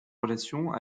relations